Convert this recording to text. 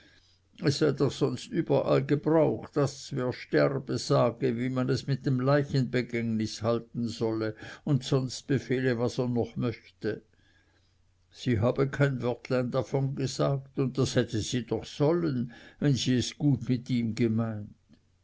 es sei doch sonst überall gebrauch daß wer sterbe sage wie man es mit seinem leichenbegängnis halten solle und sonst befehle was es noch möchte sie habe kein wörtlein davon gesagt und das hätte sie doch sollen wenn sie es gut mit ihm gemeint